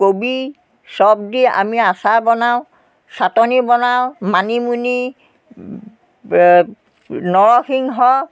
কবি চব দি আমি আচাৰ বনাওঁ চাটনি বনাওঁ মানিমুনি নৰসিংহ